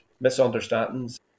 misunderstandings